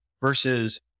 versus